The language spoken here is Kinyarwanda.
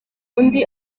undi